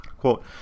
Quote